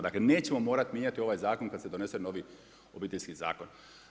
Dakle nećemo morati mijenjati ovaj zakon kada se donese novi Obiteljski zakon.